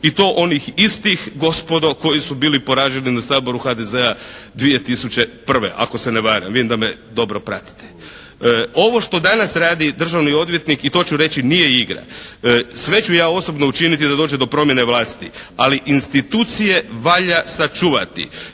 i to onih istih gospodo koji su bili poraženi na Saboru HDZ-a 2001. ako se ne varam, vidim da me dobro pratite. Ovo što danas radi državni odvjetnik i to ću reći nije igra. Sve ću ja osobno učiniti da dođe do promjene vlasti ali institucije valja sačuvati.